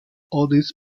audits